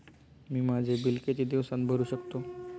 मी माझे बिल किती दिवसांत भरू शकतो?